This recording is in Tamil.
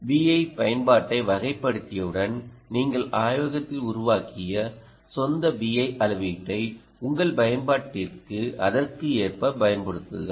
VI பயன்பாட்டை வகைப்படுத்தியவுடன் நீங்கள் ஆய்வகத்தில் உருவாக்கிய சொந்த VI அளவீட்டை உங்கள் பயன்பாட்டிற்கு அதற்கேற்ப பயன்படுத்துங்கள்